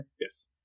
Yes